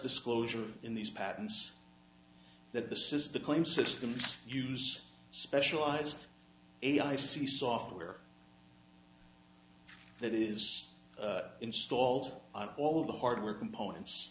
disclosure in these patents that this is the claim system's use specialized eight i c software that is installed on all of the hardware components